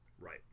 right